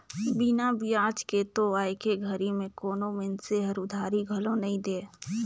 बिना बियाज के तो आयके घरी में कोनो मइनसे हर उधारी घलो नइ दे